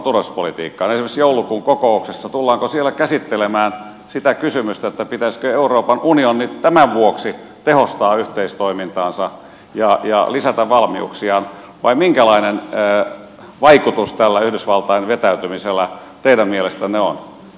esimerkiksi tullaanko joulukuun kokouksessa käsittelemään sitä kysymystä pitäisikö euroopan unionin tämän vuoksi tehostaa yhteistoimintaansa ja lisätä valmiuksiaan vai minkälainen vaikutus tällä yhdysvaltain vetäytymisellä teidän mielestänne on